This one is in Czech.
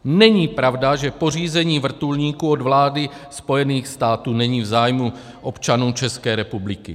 Není pravda, že pořízení vrtulníků od vlády Spojených států není v zájmu občanů České republiky.